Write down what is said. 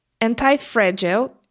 Anti-Fragile